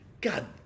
God